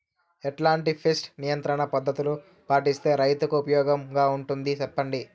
ఎట్లాంటి పెస్ట్ నియంత్రణ పద్ధతులు పాటిస్తే, రైతుకు ఉపయోగంగా ఉంటుంది సెప్పండి?